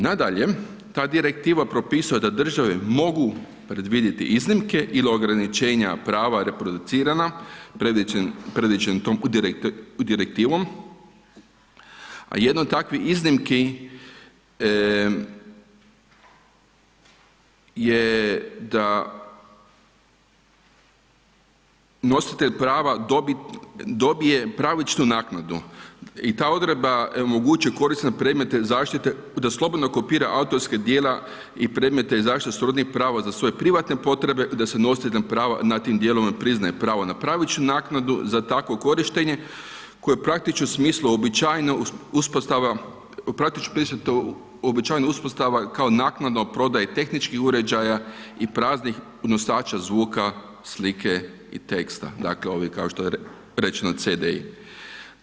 Nadalje, ta direktiva propisuje da države mogu predvidjeti iznimke il ograničenja prava reproduciranja predviđen tom direktivom, a jedno od takvih iznimki je da nositelj prava dobi, dobije pravičnu naknadu i ta odredba omogućuje korisnicima predmeta zaštite da slobodno kopira autorska djela i predmete zaštite srodnih prava za svoje privatne potrebe, da se nositeljima prava na tim dijelovima priznaje pravo na pravičnu naknadu za takvo korištenje koje je u praktičnom smislu uobičajeno uspostava, u praktičnom smislu uobičajena uspostava kao naknadno prodaje tehničkih uređaja i praznih nosača zvuka, slike i teksta, dakle ovih kao što je rečeno CD-i.